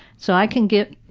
so i can give,